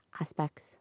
aspects